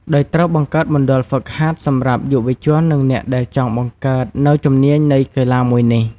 ដោយត្រូវបង្កើតមណ្ឌលហ្វឹកហាត់ សម្រាប់យុវជននិងអ្នកដែលចង់បង្កើតនៅជំនាញនៃកីឡាមួយនេះ។